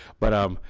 but um,